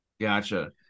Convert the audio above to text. Gotcha